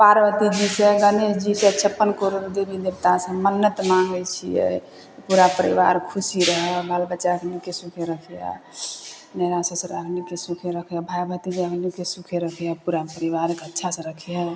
पार्वती जी से गणेश जी से छप्पन करोड़ देवी देवता से हम मन्नत मांगै छियै पूरा परिवार खुशी रहै बाल बच्चा हमनिके सुखी रखै आ नैहरा ससुरा हमनिके सुखी रखै आ भाइ भतीजा हमनिके सुखी रखै पूरा परिवारके अच्छा से रखै